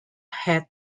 had